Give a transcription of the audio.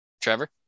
Trevor